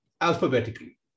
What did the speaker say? alphabetically